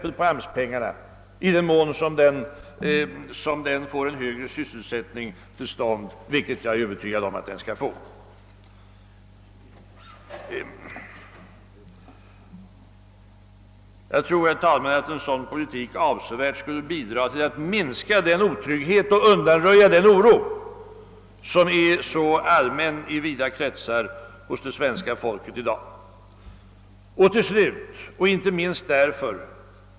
En högre sysselsättning, vilken jag är övertygad om att vår politik skall leda till, sparar t.ex. en hel del av AMS-pengarna. En sådan politik skulle avsevärt bidra till att undanröja den otrygghet och oro som är så allmän i vida kretsar hos svenska folket i dag.